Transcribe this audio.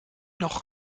noch